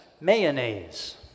mayonnaise